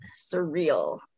surreal